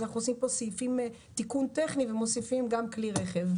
אנחנו עושים כאן תיקון טכני ומוסיפים גם כלי רכב.